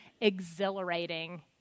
exhilarating